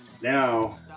Now